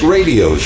Radio